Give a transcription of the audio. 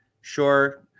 Sure